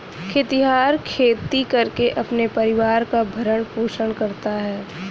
खेतिहर खेती करके अपने परिवार का भरण पोषण करता है